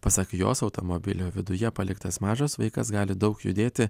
pasak jos automobilio viduje paliktas mažas vaikas gali daug judėti